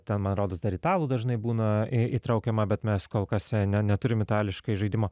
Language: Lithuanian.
ten man rodos dar italų dažnai būna įtraukiama bet mes kol kas ne neturim itališkai žaidimo